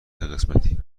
سهقسمتی